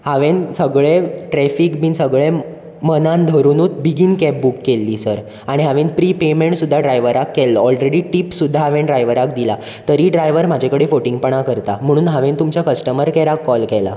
हांवेन सगळें ट्रेफीक बीन सगळें मनान धरुनूच बेगीन कॅब बूक केल्ली सर आनी हांवेन प्री पेयमेंट सुद्दां ड्रायवराक केल्लो ऑलरॅडी टीप सुद्दां हांवेन ड्रायवराक दिला तरी ड्रायवर म्हाजे कडेन फोटिंगपणां करता म्हणून हांवेन तुमच्या कस्टमर कॅराक कॉल केला